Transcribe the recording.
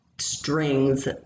strings